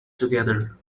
together